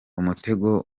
umutego